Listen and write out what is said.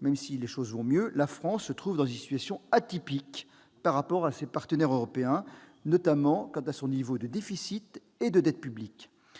même si les choses vont mieux, la France se trouve dans une situation atypique par rapport à ses partenaires européens, notamment au regard de son niveau de déficit et de dette publics.